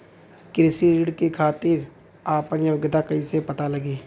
कृषि ऋण के खातिर आपन योग्यता कईसे पता लगी?